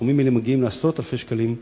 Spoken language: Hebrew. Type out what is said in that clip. הסכומים האלה מגיעים לעשרות אלפי שקלים,